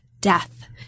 death